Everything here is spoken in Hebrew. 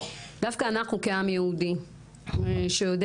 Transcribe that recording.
דווקא אנחנו כעם יהודי שיודע,